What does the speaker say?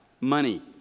money